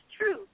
true